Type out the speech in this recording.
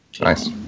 Nice